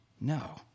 No